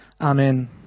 Amen